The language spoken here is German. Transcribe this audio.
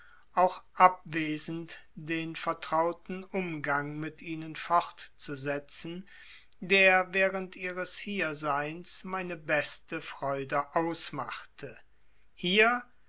auch abwesend den vertrauten umgang mit ihnen fortzusetzen der während ihres hierseins meine beste freude ausmachte hier